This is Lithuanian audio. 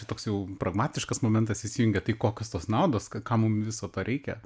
toks jau pragmatiškas momentas įsijungia tai kokios tos naudos ka kam mum viso to reikia